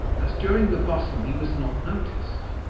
as during the bustle he was not noticed.